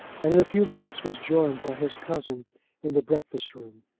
and in a few minutes was joined by his cousin in the breakfast-room.